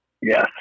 Yes